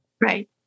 Right